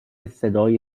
صدای